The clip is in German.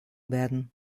werden